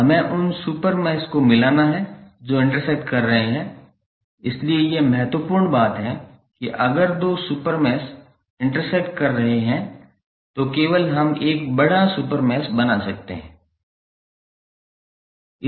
हमें उन super mesh को मिलाना है जो इंटरसेक्ट कर रहे हैं इसलिए यह महत्वपूर्ण बात है कि अगर दो सुपर मैश इंटरसेक्ट कर रहे हैं तो केवल हम एक बड़ा सुपर मैश बना सकते हैं